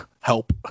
help